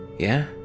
yeah?